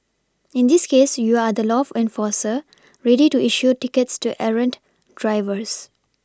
in this case you are the law enforcer ready to issue tickets to errant drivers